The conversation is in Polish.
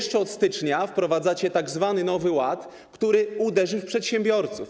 Ponadto od stycznia wprowadzacie tzw. nowy ład, który uderzy w przedsiębiorców.